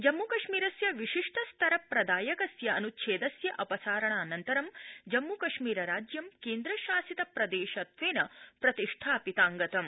जम्मूकश्मीरस्य विशिष्ठ रेतर प्रदायकस्य अनुच्छेदस्य अपसारणानन्तरं जम्मुकश्मीरराज्यं केन्द्रशासित प्रदेशत्वेन प्रतिष्ठापितांगतम्